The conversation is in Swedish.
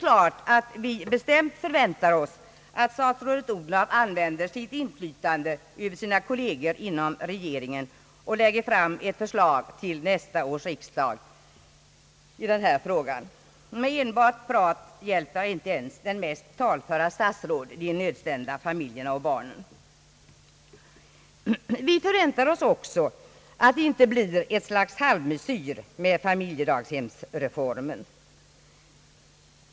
Naturligtvis förväntar vi nu att statsrådet Odhnoff använder sitt inflytande över sina kolleger inom regeringen och lägger fram ett förslag till nästa års riksdag i den här frågan. Med enbart prat hjälper inte ens det mest talföra statsråd de nödställda familjerna och barnen. Vi förväntar oss också att det inte blir ett slags halvmesyr av familjedaghemsreformen.